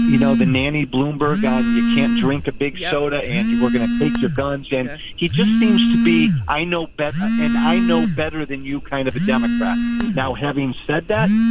you know, the nanny bloomberg on you can't drink a big soda and you were going to take your guns. yeah and he just seems to be. i know. and i know better than you kind of a democrat. now, having said that,